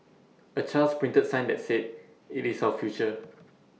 A child's printed sign that said IT is our future